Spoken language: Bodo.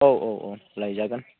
औ औ औ लायजागोन